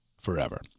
forever